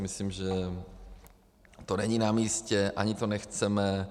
Myslím si, že to není namístě, ani to nechceme.